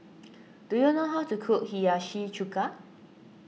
do you know how to cook Hiyashi Chuka